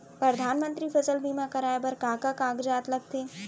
परधानमंतरी फसल बीमा कराये बर का का कागजात लगथे?